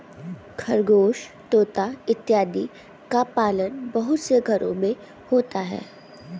खरगोश तोता इत्यादि का पालन बहुत से घरों में होता है